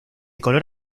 color